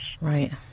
Right